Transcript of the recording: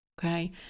Okay